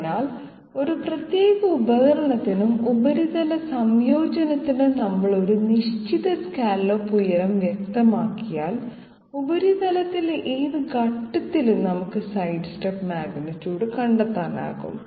അതിനാൽ ഒരു പ്രത്യേക ഉപകരണത്തിനും ഉപരിതല സംയോജനത്തിനും നമ്മൾ ഒരു നിശ്ചിത സ്കല്ലോപ്പ് ഉയരം വ്യക്തമാക്കിയാൽ ഉപരിതലത്തിലെ ഏത് ഘട്ടത്തിലും നമുക്ക് സൈഡ്സ്റ്റെപ്പ് മാഗ്നിറ്റ്യൂഡ് കണ്ടെത്താനാകും